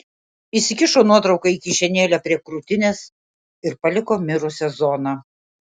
įsikišo nuotrauką į kišenėlę prie krūtinės ir paliko mirusią zoną